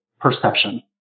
perception